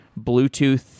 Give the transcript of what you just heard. Bluetooth